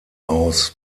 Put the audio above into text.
aus